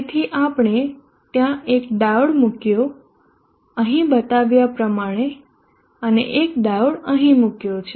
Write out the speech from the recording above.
તેથી આપણે ત્યાં એક ડાયોડ મૂક્યો અહીં બતાવ્યા પ્રમાણે અને એક ડાયોડ અહી મુક્યો છે